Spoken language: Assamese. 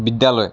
বিদ্যালয়